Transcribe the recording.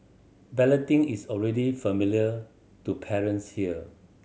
balloting is already familiar to parents here